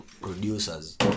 producers